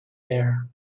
air